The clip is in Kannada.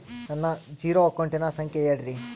ನನ್ನ ಜೇರೊ ಅಕೌಂಟಿನ ಸಂಖ್ಯೆ ಹೇಳ್ರಿ?